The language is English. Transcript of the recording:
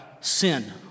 sin